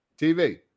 TV